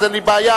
אז אין לי בעיה,